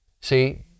See